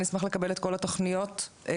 אני אשמח לקבל את כל התוכניות שהוקמו